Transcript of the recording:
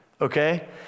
okay